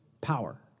power